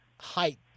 height